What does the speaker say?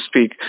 speak